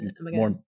more